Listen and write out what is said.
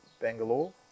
Bangalore